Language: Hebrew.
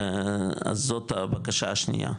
אז זאת הבקשה השנייה.